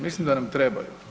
Mislim da nam trebaju.